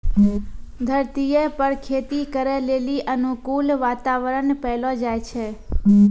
धरतीये पर खेती करै लेली अनुकूल वातावरण पैलो जाय छै